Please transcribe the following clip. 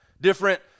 different